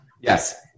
Yes